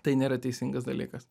tai nėra teisingas dalykas